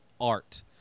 art